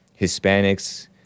Hispanics